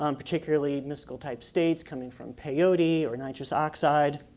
um particularly mystical-type states coming from peyote or nitrous oxide.